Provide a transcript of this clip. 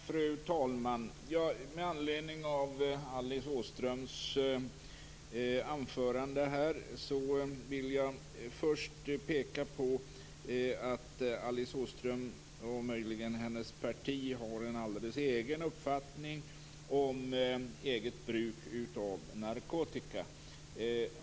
Fru talman! Med anledning av Alice Åströms anförande vill jag först påpeka att Alice Åström och möjligen hennes parti har en alldeles egen uppfattning om eget bruk av narkotika.